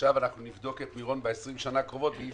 עכשיו נבדוק את מירון ב-20 השנים הקרובות ואי